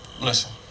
listen